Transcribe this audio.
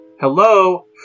Hello